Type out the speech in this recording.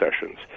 sessions